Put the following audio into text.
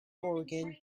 organ